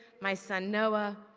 my son, noah,